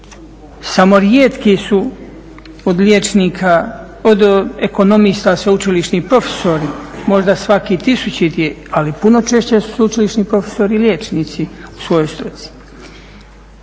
samo rijetki su od liječnika, od ekonomista, sveučilišnih profesori, možda svaki tisućiti ali puno češće su sveučilišni profesori i liječnici u svojoj struci.